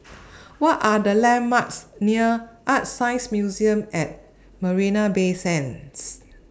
What Are The landmarks near ArtScience Museum At Marina Bay Sands